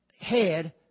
head